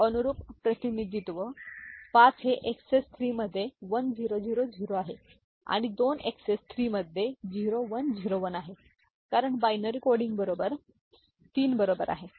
तर अनुरुप प्रतिनिधित्व 5 हे एक्सएस 3 मध्ये 1000 आहे आणि 2 एक्सएस 3 मध्ये 0101 आहे कारण बायनरी कोडिंग बरोबर 3 बरोबर आहेत